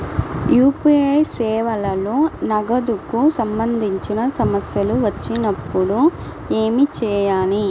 UPI సేవలలో నగదుకు సంబంధించిన సమస్యలు వచ్చినప్పుడు ఏమి చేయాలి?